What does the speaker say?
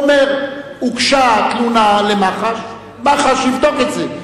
הוא אומר: הוגשה תלונה למח"ש, מח"ש יבדוק את זה.